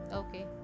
okay